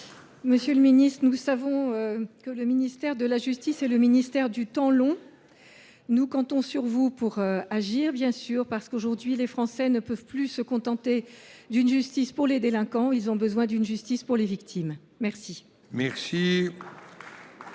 Monsieur le garde des sceaux, nous savons que le ministère de la justice est le ministère du temps long. Nous comptons sur vous pour agir, car les Français ne peuvent plus se contenter d’une justice pour les délinquants ; ils ont besoin d’une justice pour les victimes !